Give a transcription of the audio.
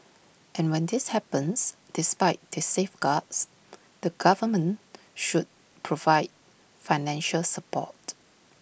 and when this happens despite the safeguards the government should provide financial support